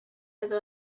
edo